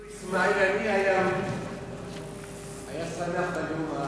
אפילו אסמאעיל הנייה היה שמח מהנאום.